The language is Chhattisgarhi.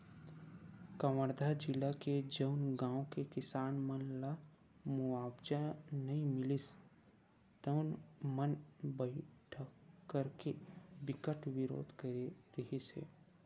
कवर्धा जिला के जउन गाँव के किसान मन ल मुवावजा नइ मिलिस तउन मन बइठका करके बिकट बिरोध करे रिहिस हे